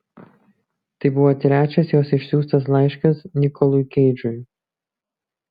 tai buvo trečias jos išsiųstas laiškas nikolui keidžui